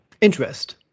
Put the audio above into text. interest